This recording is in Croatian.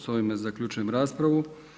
Sa ovime zaključujem raspravu.